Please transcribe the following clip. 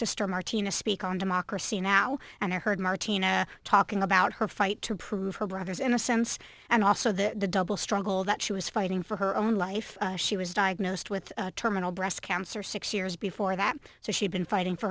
sister martina speak on democracy now and i heard martina talking about her fight to prove her brothers in a sense and also the double struggle that she was fighting for her own life she was diagnosed with terminal breast cancer six years before that so she'd been fighting for